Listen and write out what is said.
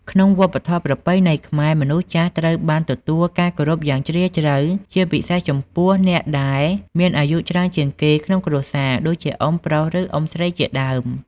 ក្នុងវប្បធម៌ប្រពៃណីខ្មែរ មនុស្សចាស់ត្រូវបានទទួលការគោរពយ៉ាងជ្រាលជ្រៅ ជាពិសេសចំពោះអ្នកដែលមានអាយុច្រើនជាងគេក្នុងគ្រួសារ ដូចជាអ៊ុំប្រុស ឬ អ៊ុំស្រីជាដើម។